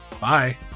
Bye